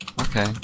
Okay